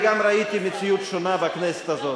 וגם ראיתי מציאות שונה בכנסת הזאת,